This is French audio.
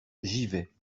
givet